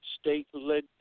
state-led